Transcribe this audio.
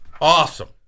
awesome